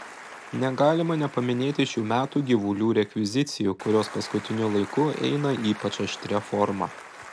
negalima nepaminėti šių metų gyvulių rekvizicijų kurios paskutiniu laiku eina ypač aštria forma